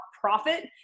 profit